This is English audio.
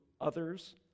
others